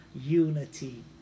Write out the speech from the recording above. Unity